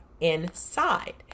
inside